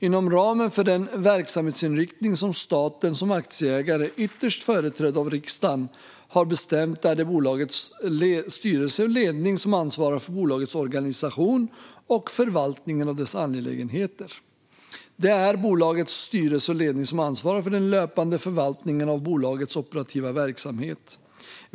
Inom ramen för den verksamhetsinriktning som staten som aktieägare, ytterst företrädd av riksdagen, har bestämt är det bolagets styrelse och ledning som ansvarar för bolagets organisation och förvaltningen av dess angelägenheter. Det är bolagets styrelse och ledning som ansvarar för den löpande förvaltningen av bolagets operativa verksamhet.